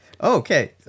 Okay